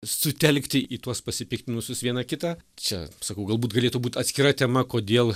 sutelkti į tuos pasipiktinusius vieną kitą čia sakau galbūt galėtų būt atskira tema kodėl